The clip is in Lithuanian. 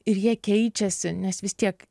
ir jie keičiasi nes vis tiek